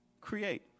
create